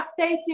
updating